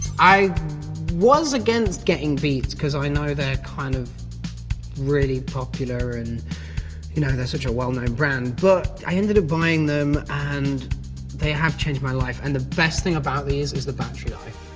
i was against getting beats cause i know they're kind of really popular and you know, they're such a well known brand. but, i ended up buying them and they have changed my life, and the best thing about these is the battery life.